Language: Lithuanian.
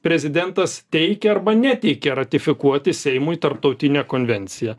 prezidentas teikia arba neteikia ratifikuoti seimui tarptautinę konvenciją